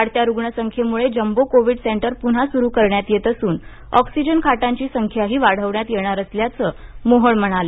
वाढत्या रूग्णसंख्येमुळे jumbo COVID centre प्न्हा सुरू करण्यात येत असून ऑक्सिजन खाटांची संख्याही वाढवण्यात येणार असल्याचं मोहोळ म्हणाले